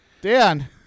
Dan